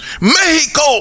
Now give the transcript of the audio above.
Mexico